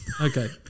Okay